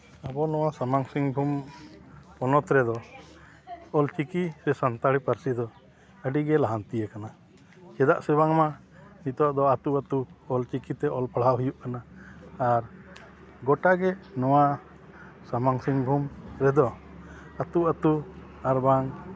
ᱟᱵᱚ ᱱᱚᱣᱟ ᱥᱟᱢᱟᱝ ᱥᱤᱝᱵᱷᱩᱢ ᱯᱚᱱᱚᱛ ᱨᱮᱫᱚ ᱚᱞ ᱪᱤᱠᱤ ᱥᱮ ᱥᱟᱱᱛᱟᱲᱤ ᱯᱟᱹᱨᱥᱤ ᱫᱚ ᱟᱹᱰᱤ ᱜᱮ ᱞᱟᱦᱟᱱᱛᱤ ᱟᱠᱟᱱᱟ ᱪᱮᱫᱟᱜ ᱥᱮ ᱵᱟᱝᱢᱟ ᱱᱤᱛᱚᱜ ᱫᱚ ᱟᱹᱛᱩ ᱟᱹᱛᱩ ᱚᱞ ᱪᱤᱠᱤᱛᱮ ᱯᱟᱲᱦᱟᱣ ᱦᱩᱭᱩᱜ ᱠᱟᱱᱟ ᱟᱨ ᱜᱚᱴᱟ ᱜᱮ ᱱᱚᱣᱟ ᱥᱟᱢᱟᱝ ᱥᱤᱝᱵᱷᱩᱢ ᱨᱮᱫᱚ ᱟᱹᱛᱩ ᱟᱹᱛᱩ ᱟᱨ ᱵᱟᱝ